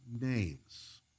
names